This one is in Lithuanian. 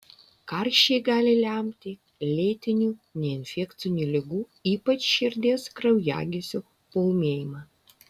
karščiai gali lemti lėtinių neinfekcinių ligų ypač širdies kraujagyslių paūmėjimą